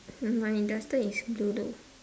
my duster is blue though